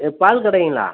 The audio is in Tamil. இது பால் கடைங்களா